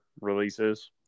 releases